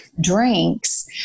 drinks